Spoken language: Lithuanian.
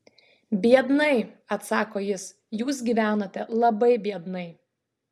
biednai atsako jis jūs gyvenote labai biednai